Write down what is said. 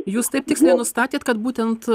jūs taip tiksliai nustatėt kad būtent